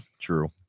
true